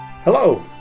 Hello